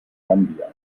gambia